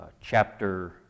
chapter